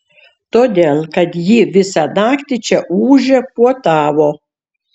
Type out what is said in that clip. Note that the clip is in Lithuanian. todėl kad ji visą naktį čia ūžė puotavo